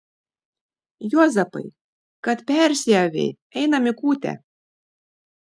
juozapai kad persiavei einam į kūtę